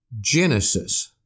Genesis